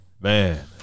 Man